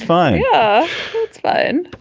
fine. yeah it's fine.